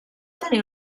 tenir